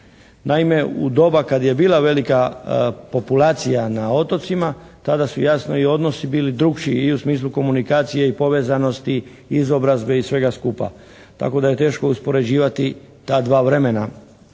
Naime, u doba kad je bila velika populacija na otocima tada su jasno i odnosi bili drukčiji i u smislu komunikacije i povezanosti, izobrazbe i svega skupa tako da je teško uspoređivati ta dva vremena.